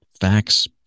Facts